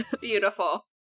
Beautiful